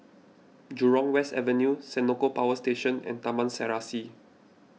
Jurong West Avenue Senoko Power Station and Taman Serasi